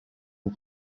les